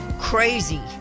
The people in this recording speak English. crazy